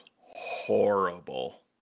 horrible